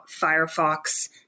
Firefox